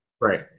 Right